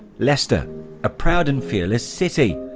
leicester a proud and fearless city,